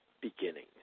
beginning